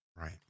Right